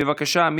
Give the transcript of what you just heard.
בבקשה.